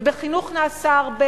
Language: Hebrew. ובחינוך נעשה הרבה,